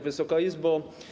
Wysoka Izbo!